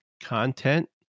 content